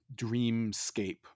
dreamscape